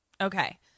Okay